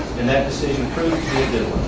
and that decision proved to